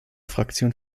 fraktion